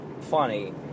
funny